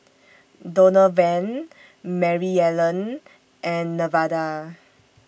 Donovan Maryellen and Nevada